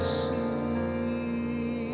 see